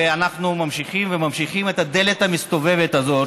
ואנחנו ממשיכים וממשיכים את הדלת המסתובבת הזאת,